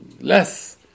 less